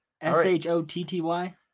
S-H-O-T-T-Y